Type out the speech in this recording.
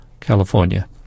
California